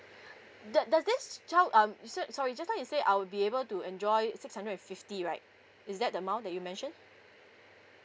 do~ does this child um so~ sorry just now you said I will be able to enjoy six hundred and fifty right is that the amount that you mentioned